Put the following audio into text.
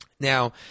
Now